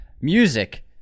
Music